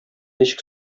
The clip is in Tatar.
ничек